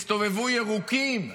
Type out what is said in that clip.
הסתובבו ירוקים.